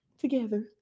together